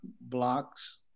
blocks